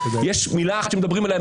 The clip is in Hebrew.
יש מילה אחת שמדברים עליה,